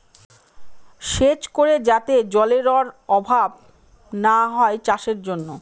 সেচ করে যাতে জলেরর অভাব না হয় চাষের জন্য